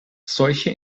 solche